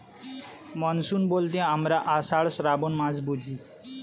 monsoon বলতে আমরা আষাঢ়, শ্রাবন মাস বুঝি